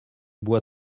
boit